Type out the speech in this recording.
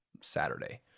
saturday